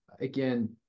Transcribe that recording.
again